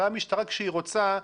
הרי המשטרה כשהיא רוצה,